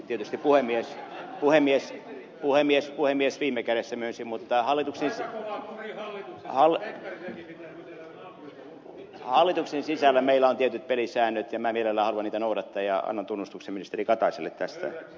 tietysti puhemies viime kädessä myönsi mutta hallituksen sisällä meillä on tietyt pelisäännöt ja minä mielelläni haluan niitä noudattaa ja annan tunnustuksen ministeri kataiselle tästä